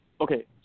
okay